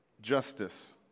Justice